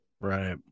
right